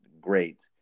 great